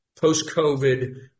post-COVID